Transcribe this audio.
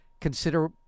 consider